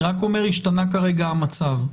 אני רק אומר שהשתנה כרגע המצב.